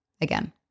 again